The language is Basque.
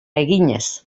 eginez